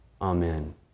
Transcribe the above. Amen